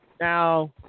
Now